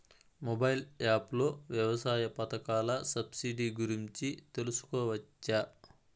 Mobile app లో వ్యవసాయ పథకాల సబ్సిడి గురించి తెలుసుకోవచ్చా?